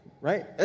right